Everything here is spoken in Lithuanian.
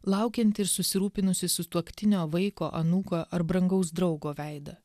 laukiantį ir susirūpinusį sutuoktinio vaiko anūko ar brangaus draugo veidą